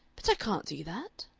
but i can't do that.